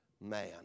man